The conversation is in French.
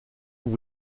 vous